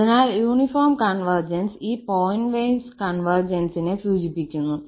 അതിനാൽ uniform convergence ഈ point wise കൺവെർജൻസിനെ സൂചിപ്പിക്കുന്നു